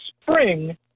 spring